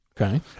Okay